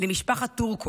למשפחת טורקו.